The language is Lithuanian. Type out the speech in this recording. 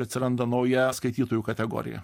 atsiranda nauja skaitytojų kategorija